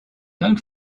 don‘t